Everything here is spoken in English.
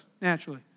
naturally